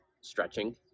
stretching